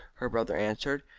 her brother answered.